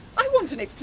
i want an